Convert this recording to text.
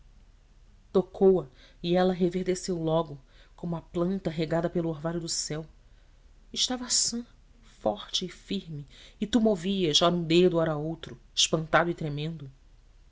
tocou a e ela reverdeceu logo como a planta regada pelo orvalho do céu estava sã forte firme e tu movias ora um dedo ora outro espantado e tremendo